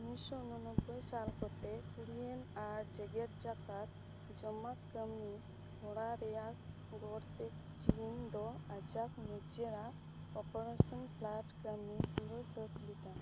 ᱩᱱᱱᱤᱥᱥᱚ ᱩᱱᱚ ᱱᱚᱵᱵᱚᱭ ᱥᱟᱞ ᱠᱚᱛᱮ ᱠᱩᱨᱤᱭᱮᱱ ᱟᱨ ᱡᱮᱜᱮᱫ ᱡᱟᱠᱟᱛ ᱡᱚᱢᱟᱜ ᱠᱟᱹᱢᱤ ᱦᱚᱨᱟ ᱨᱮᱭᱟᱜ ᱜᱚᱲᱚᱛᱮ ᱪᱤᱱᱫᱚ ᱟᱭᱟᱜ ᱱᱤᱡᱮᱨᱟᱜ ᱚᱯᱟᱨᱮᱥᱚᱱ ᱯᱷᱟᱰ ᱠᱟᱹᱢᱤ ᱯᱩᱨᱟᱹᱣ ᱥᱟᱹᱛ ᱞᱮᱫᱟ